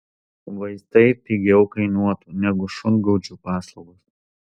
vaistai pigiau kainuotų negu šungaudžių paslaugos